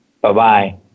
bye-bye